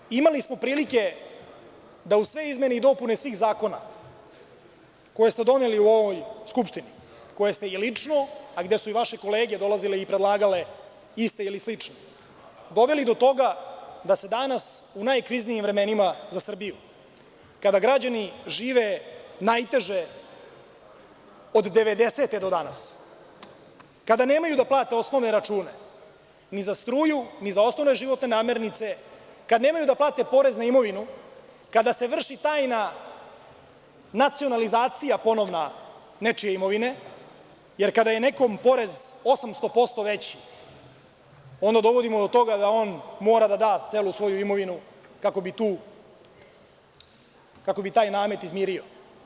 Na kraju, imali smo prilike da uz sve izmene i dopune svih zakona koje smo doneli u ovoj skupštini, koje ste i lično, a gde su i vaše kolege dolazile i predlagale iste ili slične, doveli do toga da se danas u najkriznijim vremenima za Srbiju, kada građani žive najteže od 1990. do danas, kada nemaju da plate osnovne račune ni za struju ni za osnovne životne namirnice, kada nemaju da plate porez na imovinu, kada se vrši tajna nacionalizacija ponovna nečije imovine, jer kada je nekom porez 800% veći, onda ga dovodimo do toga da on mora da da celu svoju imovinu kako bi taj namet izmirio.